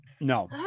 No